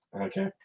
Okay